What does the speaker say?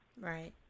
Right